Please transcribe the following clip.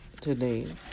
today